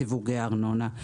סיווגי ארנונה.